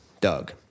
Doug